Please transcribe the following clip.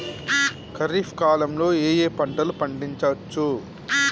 ఖరీఫ్ కాలంలో ఏ ఏ పంటలు పండించచ్చు?